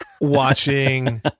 watching